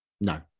No